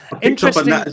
Interesting